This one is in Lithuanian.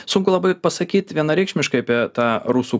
sunku labai pasakyt vienareikšmiškai apie tą rusų